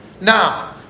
now